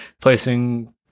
placing